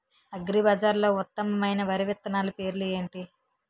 అగ్రిబజార్లో ఉత్తమమైన వరి విత్తనాలు పేర్లు ఏంటి?